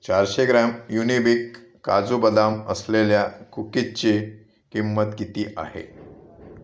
चारशे ग्रॅम युनिबिक काजू बदाम असलेल्या कुकीजची किंमत किती आहे